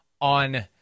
on